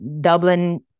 Dublin